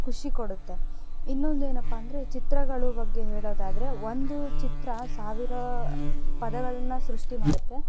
ಖುಷಿ ಕೊಡತ್ತೆ ಇನ್ನೊಂದೇನಪ್ಪ ಅಂದರೆ ಚಿತ್ರಗಳು ಬಗ್ಗೆ ಹೇಳೋದಾದರೆ ಒಂದು ಚಿತ್ರ ಸಾವಿರ ಪದಗಳನ್ನ ಸೃಷ್ಟಿ ಮಾಡುತ್ತೆ